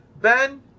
Ben